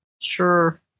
Sure